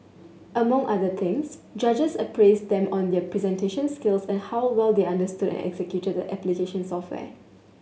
among other things judges appraised them on their presentation skills and how well they understood and executed the application software